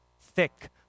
thick